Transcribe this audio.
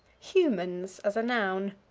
humans as a noun.